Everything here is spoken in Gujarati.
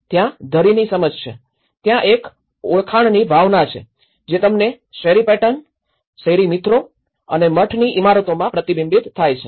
ત્યાં ધરીની સમજ છે ત્યાં એક ઓળખાણની ભાવના છે જે તેમની શેરી પેટર્ન શેરી મિત્રો અને મઠની ઇમારતોમાં પ્રતિબિંબિત થાય છે